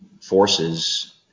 forces